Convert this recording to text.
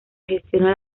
gestiona